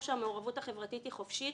שהמעורבות החברתית היא חופשית,